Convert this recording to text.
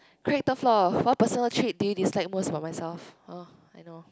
character flaw what personal trait do you dislike most about myself oh I know